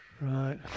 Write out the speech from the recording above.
right